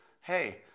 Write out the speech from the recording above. hey